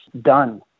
done